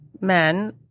men